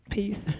Peace